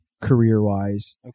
career-wise